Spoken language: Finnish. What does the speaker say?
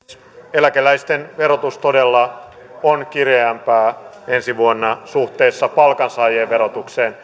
eläkeläisten verotus todella on kireämpää ensi vuonna suhteessa palkansaajien verotukseen